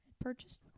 purchased